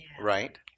right